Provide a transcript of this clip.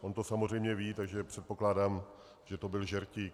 On to samozřejmě ví, takže předpokládám, že to byl žertík.